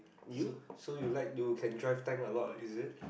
so so you like you can drive tank a lot is it